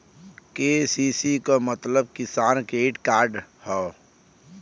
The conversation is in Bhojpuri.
के.सी.सी क मतलब किसान क्रेडिट कार्ड हौ